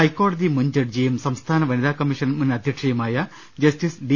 ഹൈക്കോടതി മുൻ ജഡ്ജിയും സംസ്ഥാന വനിതാ കമ്മീഷൻ മുൻ അധ്യക്ഷ യുമായ ജസ്റ്റിസ് ഡി